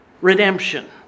redemption